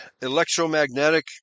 electromagnetic